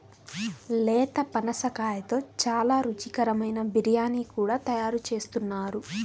లేత పనసకాయతో చాలా రుచికరమైన బిర్యానీ కూడా తయారు చేస్తున్నారు